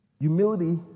Humility